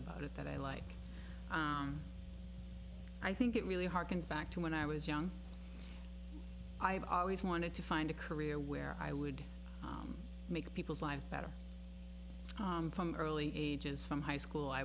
about it that i like i think it really harkens back to when i was young i've always wanted to find a career where i would make people's lives better from early ages from high school i